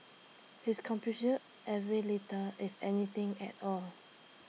his every little if anything at all